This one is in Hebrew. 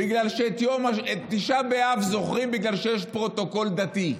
בגלל שאת תשעה באב זוכרים בגלל שיש פרוטוקול דתי,